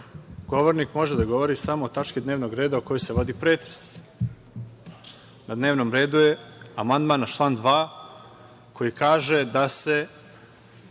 Govornik može da govori samo o tački dnevnog reda o kojoj se vodi pretres. Na dnevnom redu je amandman na član 2. koji kaže da se